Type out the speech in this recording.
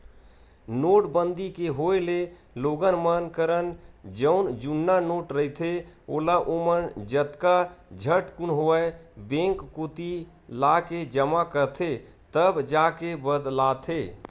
नोटबंदी के होय ले लोगन मन करन जउन जुन्ना नोट रहिथे ओला ओमन जतका झटकुन होवय बेंक कोती लाके जमा करथे तब जाके बदलाथे